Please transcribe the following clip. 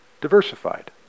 diversified